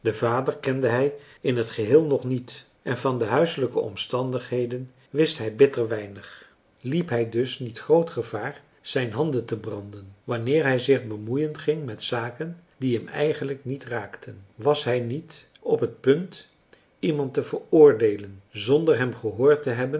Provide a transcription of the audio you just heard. kende hij in t geheel nog niet en van de huiselijke omstandigheden wist hij bitter weinig liep hij dus niet groot gevaar zijn handen te marcellus emants een drietal novellen branden wanneer hij zich bemoeien ging met zaken die hem eigenlijk niet raakten was hij niet op het punt iemand te veroordeelen zonder hem gehoord te hebben